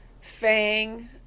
Fang